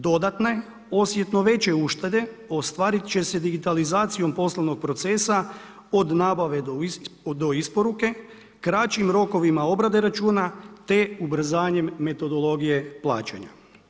Dodatne, osjetno veće uštede ostvarit će se digitalizacijom poslovnog procesa od nabave do isporuke, kraćim rokovima obrade računa te ubrzanjem metodologije plaćanja.